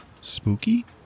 Spooky